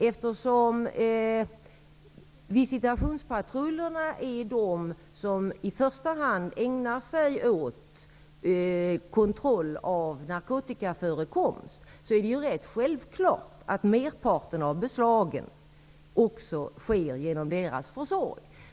Eftersom visitationspatrullerna är de som i första hand ägnar sig åt kontroll av narkotikaförekomst är det rätt självklart att merparten av beslagen också sker genom deras försorg.